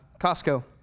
Costco